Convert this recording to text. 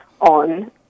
on